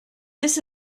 this